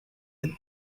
with